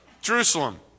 Jerusalem